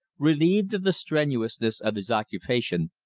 relieved of the strenuousness of his occupation,